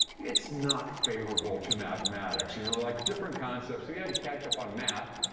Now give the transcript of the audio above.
it's not favorable to mathematics, you know, like different concepts. so he had to catch up on math.